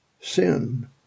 Sin